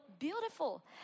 beautiful